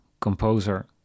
composer